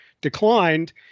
declined